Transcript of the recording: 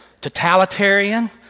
totalitarian